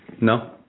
No